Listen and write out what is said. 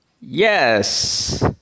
Yes